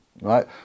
right